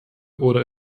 oder